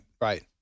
right